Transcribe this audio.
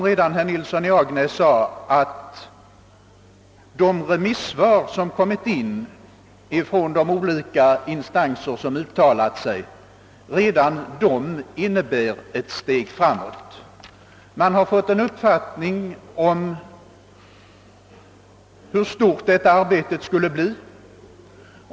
Redan de remissvar som flutit in från de olika instanser som uttalat sig innebär, som herr Nilsson i Agnäs framhöll, ett steg framåt. Vi har fått en uppfattning om hur stort detta arbete skulle bli.